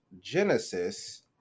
Genesis